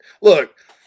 look